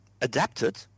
adapted